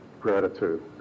gratitude